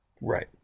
Right